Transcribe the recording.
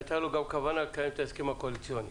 הייתה לו גם כוונה לקיים את ההסכם הקואליציוני.